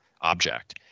object